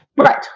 right